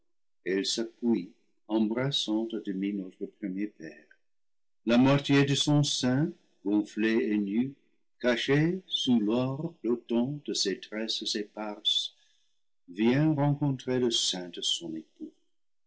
embrassant à demi notre premier père la moitié de son sein gonflé et nu caché sous l'or flottant de ses tresses éparses vient rencontrer le sein de son époux